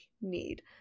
need